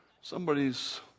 Somebody's